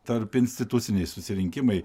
tarpinstituciniai susirinkimai